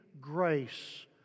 grace